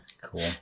Cool